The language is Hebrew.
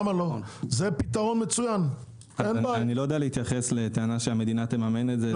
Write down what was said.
אני לא יודע להתייחס לטענה שהמדינה תממן את זה.